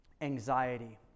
anxiety